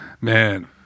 Man